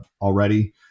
already